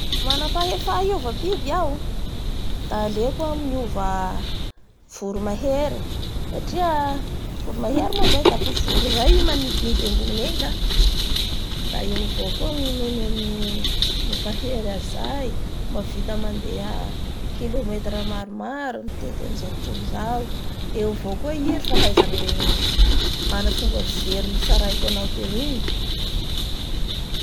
La manampahefa hiova biby iaho, da aleoko iaho miova voro maherysatria voro mahery moa zay dafa voro zay i manidinidy ambony engy ka da eo avao koa nohony amin'ny mampahery azy zay mahavita mandeha kilometre maromaro, mitety an'izao tontono izao eo avao koa i ny fahaizany mana fomba fijery tsaraiko anao teo igny